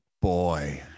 Boy